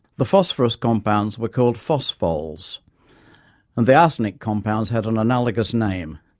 the phosphorus compounds were called phospholes and the arsenic compounds had an analogous name.